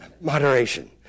moderation